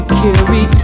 carry